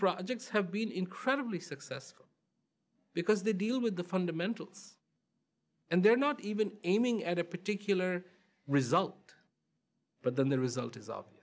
projects have been incredibly successful because they deal with the fundamentals and they're not even aiming at a particular result but then the result is